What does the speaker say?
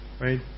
Right